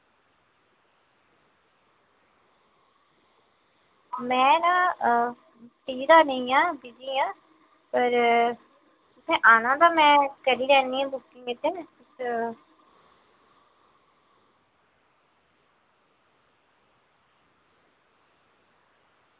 में ना निं आं बिजी आं ते तुसें आना ते में करी लैन्नी आं बुकिंग इद्धर ते